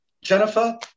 Jennifer